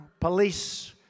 police